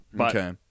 Okay